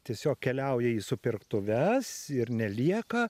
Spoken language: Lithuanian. tiesiog keliauja į supirktuves ir nelieka